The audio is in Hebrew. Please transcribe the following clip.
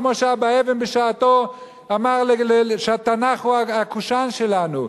כמו שאבא אבן בשעתו אמר שהתנ"ך הוא ה"קושאן" שלנו,